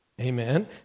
Amen